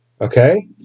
Okay